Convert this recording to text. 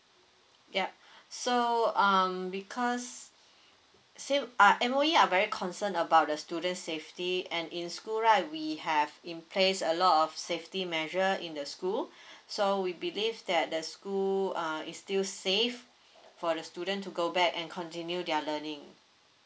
yup so um because same uh M_O_E are very concern about the students safety and in school right we have in place a lot of safety measure in the school so we believe that the school err is still save for the student to go back and continue their learning